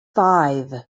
five